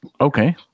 Okay